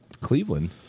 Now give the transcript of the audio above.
Cleveland